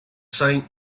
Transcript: saint